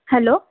hello